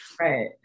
right